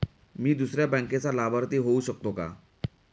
मी दुसऱ्या बँकेचा लाभार्थी होऊ शकतो का?